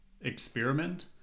experiment